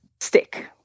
stick